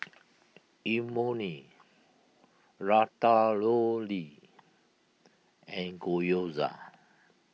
Imoni Ratatouille and Gyoza